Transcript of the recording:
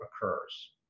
occurs